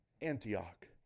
Antioch